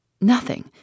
Nothing